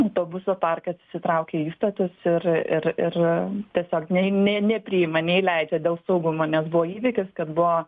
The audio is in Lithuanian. autobusų parkas įsitraukė į įstatus ir ir ir tiesiog nei ne nepriima neįleidžia dėl saugumo nes buvo įvykis kad buvo